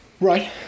Right